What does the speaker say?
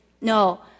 No